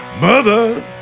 Mother